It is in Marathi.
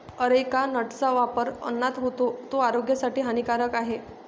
अरेका नटचा वापर अन्नात होतो, तो आरोग्यासाठी हानिकारक आहे